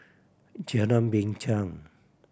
Jalan Binchang